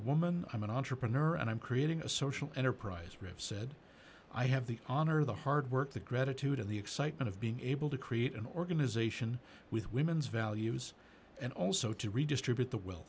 woman i'm an entrepreneur and i'm creating a social enterprise rif said i have the honor the hard work the gratitude and the excitement of being able to create an organization with women's values and also to redistribute the w